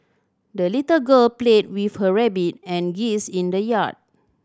the little girl played with her rabbit and geese in the yard